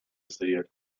سید